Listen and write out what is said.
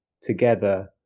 together